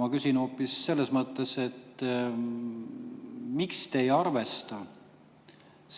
Ma küsin hoopis selles mõttes, et miks te ei arvesta